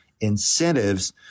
incentives